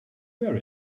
wear